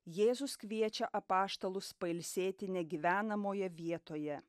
jėzus kviečia apaštalus pailsėti negyvenamoje vietoje